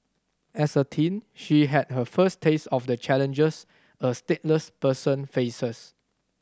as a teen she had her first taste of the challenges a stateless person faces